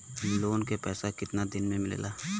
Loan के पैसा कितना दिन मे मिलेला?